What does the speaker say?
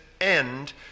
end